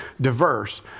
diverse